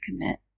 commit